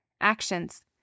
Actions